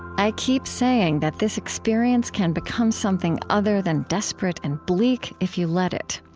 i keep saying that this experience can become something other than desperate and bleak, if you let it.